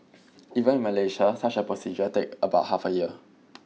even in Malaysia such a procedure take about half a year